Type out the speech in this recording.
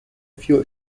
few